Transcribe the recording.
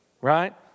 right